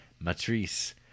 Matrice